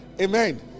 Amen